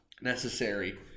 necessary